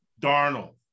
Darnold